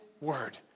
word